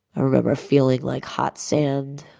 i remember feeling like hot sand,